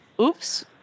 Oops